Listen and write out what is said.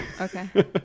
Okay